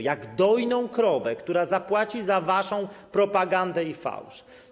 Jak dojną krowę, która zapłaci za waszą propagandę i fałsz.